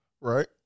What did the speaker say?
Right